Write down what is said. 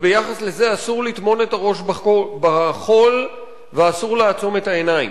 וביחס לזה אסור לטמון את הראש בחול ואסור לעצום את העיניים.